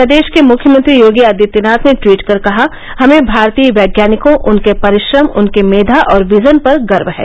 प्रदेश के मुख्यमंत्री योगी आदित्यनाथ ने ट्वीट कर कहा कि हमें भारतीय वैज्ञानिकों उनके परिश्रम उनके मेघा और विजन पर गर्व है